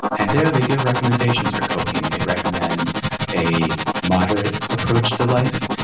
and there, they give recommendations for coping. they recommend a moderate approach to life.